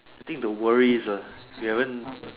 I think the worries uh they haven't